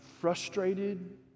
frustrated